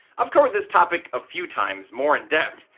i've covered this topic a few times, more in depth,